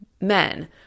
men